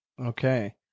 okay